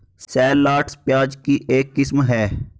shallots, प्याज की एक किस्म है